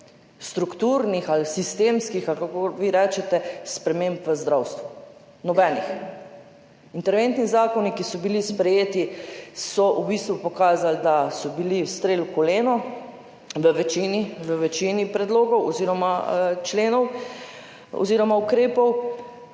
strukturnih ali nobenih sistemskih ali, kako vi rečete, sprememb v zdravstvu. Interventni zakoni, ki so bili sprejeti, so v bistvu pokazali, da so bili strel v koleno v večini predlogov oziroma členov oziroma ukrepov,